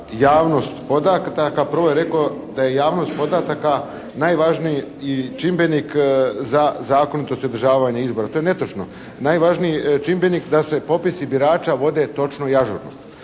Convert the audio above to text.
javnost podataka., Prvo je rekao da je javnost podataka najvažniji čimbenik za zakonitosti održavanja izbora. To je netočno. Najvažniji čimbenik da se popisi birača vode točno i ažurno.